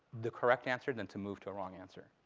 the correct answer, than to move to a wrong answer.